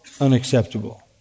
unacceptable